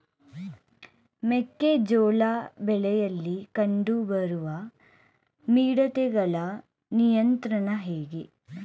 ಮೆಕ್ಕೆ ಜೋಳ ಬೆಳೆಯಲ್ಲಿ ಕಂಡು ಬರುವ ಮಿಡತೆಗಳ ನಿಯಂತ್ರಣ ಹೇಗೆ?